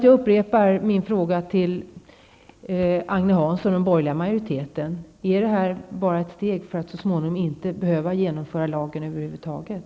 Jag upprepar min fråga till Agne Hansson och den borgerliga majoriten: Är det här bara ett steg för att så småningom inte behöva genomföra lagen över huvud taget?